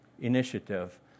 initiative